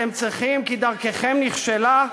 אתם צריכים, כי דרככם נכשלה,